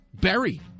berry